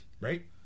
right